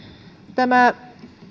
tämä